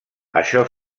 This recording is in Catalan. això